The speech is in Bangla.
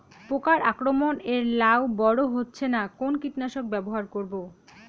পোকার আক্রমণ এ লাউ বড় হচ্ছে না কোন কীটনাশক ব্যবহার করব?